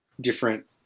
different